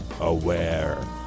aware